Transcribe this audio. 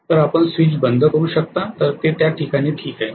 तर आपण स्विच बंद करू शकता तर ते त्या वेळी ठीक आहे